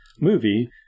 movie